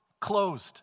closed